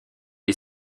est